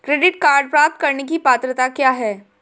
Credit card प्राप्त करने की पात्रता क्या है?